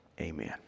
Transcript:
Amen